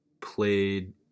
played